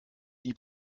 die